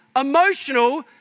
emotional